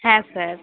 হ্যাঁ স্যার